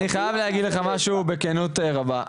אני חייב להגיד לך משהו בכנות רבה.